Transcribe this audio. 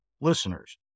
listeners